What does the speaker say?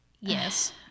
yes